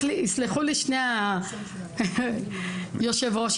יסלחו לי שני יושבי הראש,